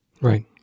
right